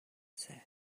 said